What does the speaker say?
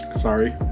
Sorry